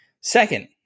Second